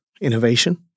innovation